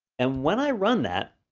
and when i run that,